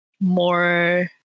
more